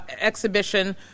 exhibition